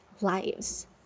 lives